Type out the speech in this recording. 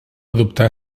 adoptar